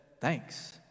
thanks